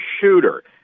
shooter